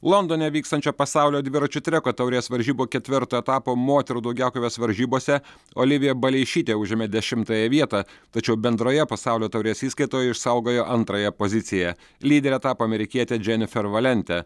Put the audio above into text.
londone vykstančio pasaulio dviračių treko taurės varžybų ketvirto etapo moterų daugiakovės varžybose olivija baleišytė užėmė dešimtąją vietą tačiau bendroje pasaulio taurės įskaitoje išsaugojo antrąją poziciją lydere tapo amerikietė dženifer valente